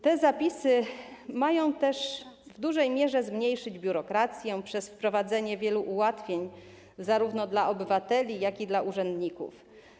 Te zapisy mają też w dużej mierze zmniejszyć biurokrację przez wprowadzenie wielu ułatwień zarówno dla obywateli, jak i dla urzędników.